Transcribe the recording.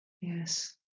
Yes